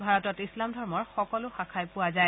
ভাৰতত ইছলাম ধৰ্মৰ সকলো শাখাই পোৱা যায়